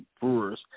Brewers